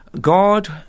God